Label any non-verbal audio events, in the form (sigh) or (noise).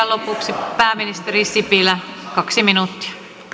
(unintelligible) lopuksi pääministeri sipilä kaksi minuuttia